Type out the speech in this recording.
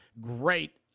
Great